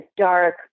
dark